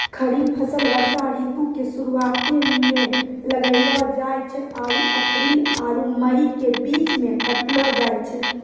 खरीफ फसल वर्षा ऋतु के शुरुआते मे लगैलो जाय छै आरु अप्रैल आरु मई के बीच मे काटलो जाय छै